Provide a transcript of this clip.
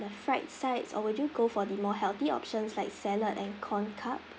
the fried sides or would you go for the more healthy options like salad and corn cup